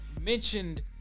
mentioned